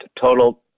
total